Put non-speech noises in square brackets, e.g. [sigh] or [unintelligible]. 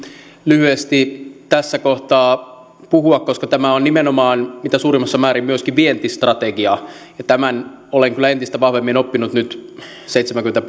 lyhyesti tässä kohtaa puhua koska tämä on nimenomaan mitä suurimmassa määrin myöskin vientistrategia tämän olen kyllä entistä vahvemmin oppinut nyt seitsemänkymmentä [unintelligible]